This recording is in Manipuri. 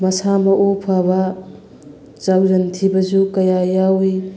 ꯃꯁꯥ ꯃꯎ ꯐꯕ ꯆꯥꯎꯖꯟ ꯊꯤꯕꯁꯨ ꯀꯌꯥ ꯌꯥꯎꯏ